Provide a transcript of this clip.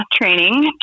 training